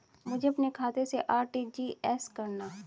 मुझे अपने खाते से आर.टी.जी.एस करना?